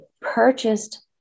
purchased